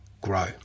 grow